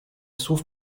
słów